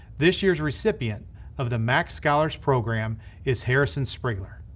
this year's recipient of the mac scholars program is harrison sprigler.